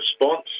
response